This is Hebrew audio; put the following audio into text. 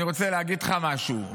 אני רוצה להגיד לך משהו,